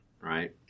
right